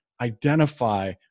identify